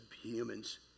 humans